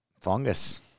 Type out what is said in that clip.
Fungus